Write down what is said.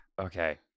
Okay